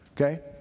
okay